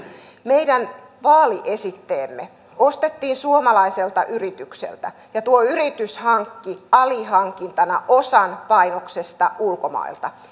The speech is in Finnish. meidän vaaliesitteemme ostettiin suomalaiselta yritykseltä ja tuo yritys hankki alihankintana osan painoksesta ulkomailta